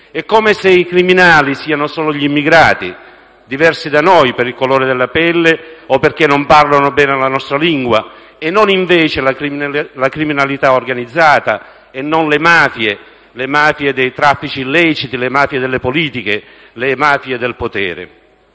È come se i criminali siano solo gli immigrati, diversi da noi per il colore della pelle o perché non parlano bene la nostra lingua, e non invece la criminalità organizzata, non le mafie, le mafie dei traffici illeciti, delle politiche, del potere.